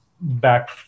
back